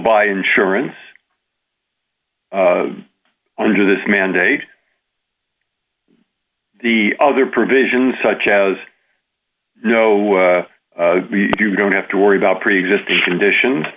buy insurance under this mandate the other provisions such as you know if you don't have to worry about preexisting conditions